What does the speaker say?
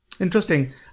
Interesting